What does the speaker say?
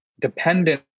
dependent